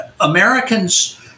Americans